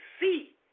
see